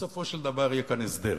בסופו של דבר יהיה כאן הסדר.